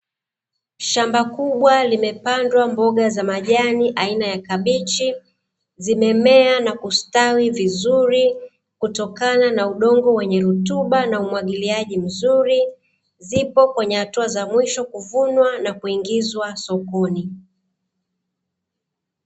Shamba kubwa limepandwa mboga za majani aina ya kabichi, zimemea na kustawi vizuri kutokana na udongo wenye rutuba na umwagiliaji mzuri, zipo kwenye hatua za mwisho kuvunwa na kuingizwa sokoni.